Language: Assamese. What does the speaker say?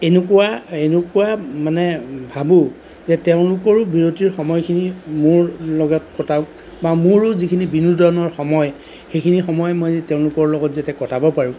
এনেকুৱা এনেকুৱা মানে ভাবোঁ যে তেওঁলোকৰো বিৰতিৰ সময়খিনি মোৰ লগত কটাওক বা মোৰো যিখিনি বিনোদনৰ সময় সেইখিনি সময় মই যদি তেওঁলোকৰ লগত যাতে কটাব পাৰোঁ